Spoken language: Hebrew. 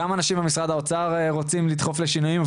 גם אנשים במשרד האוצר רוצים לדחוף לשינויים.